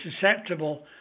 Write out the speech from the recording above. susceptible